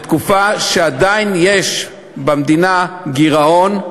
בתקופה שעדיין יש למדינה גירעון,